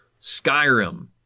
Skyrim